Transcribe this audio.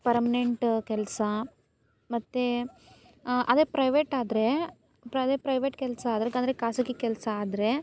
permanent ಕೆಲಸ ಮತ್ತೆ ಅದೇ ಪ್ರೈವೇಟ್ ಆದರೆ ಪ್ರೈವೇಟ್ ಕೆಲಸ ಆದರೆ ಯಾಕೆಂದ್ರೆ ಖಾಸಗಿ ಕೆಲಸ ಆದರೆ